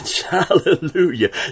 Hallelujah